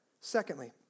Secondly